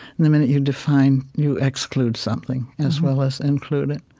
and the minute you define, you exclude something as well as include it